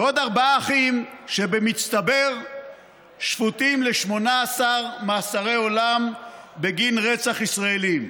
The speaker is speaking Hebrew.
ועוד ארבעה אחים שבמצטבר שפוטים ל-18 מאסרי עולם בגין רצח ישראלים.